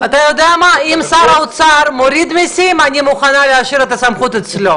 בנקודת הזמן שאנחנו עושים את השומה.